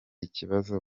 ikibazo